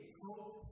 hope